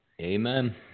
amen